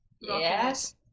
yes